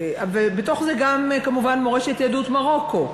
בתוך זה, כמובן, גם מורשת יהדות מרוקו.